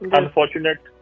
unfortunate